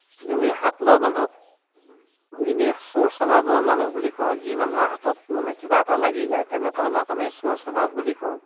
আমি হাত লৰ মানুহক এনেই চোৰ স্বভাৱৰ মানুহ বুলি কওঁ যি মানুহৰ হাতত মানে কিবা এটা লাগি যায় তেনেকুৱা মানুহক আমি চোৰ স্বভাৱ বুলি কওঁ